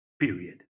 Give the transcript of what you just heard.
Period